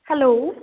hello